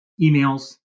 emails